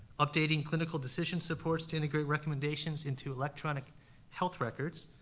updating clinical decision supports to integrate recommendations into electronic health records.